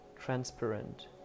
transparent